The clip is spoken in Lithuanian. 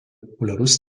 populiarus